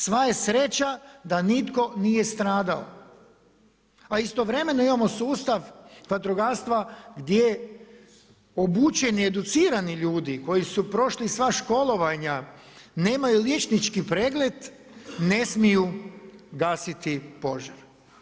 Sva je sreća da nitko nije stradao, a istovremeno imamo sustav vatrogastva gdje obučeni, educirani ljudi koji su prošli sva školovanja nemaju liječnički pregled ne smiju gasiti požar.